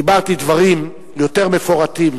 דיברתי דברים יותר מפורטים